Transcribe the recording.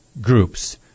groups